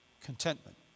Contentment